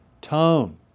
Tone